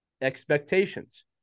expectations